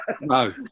No